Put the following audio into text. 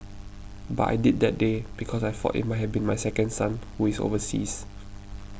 but I did that day because I thought it might have been my second son who is overseas